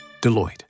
Deloitte